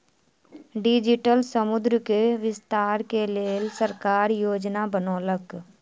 digital मुद्रा के विस्तार के लेल सरकार योजना बनौलक